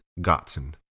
gotten